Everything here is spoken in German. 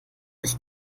ich